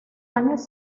años